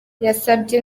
yasabye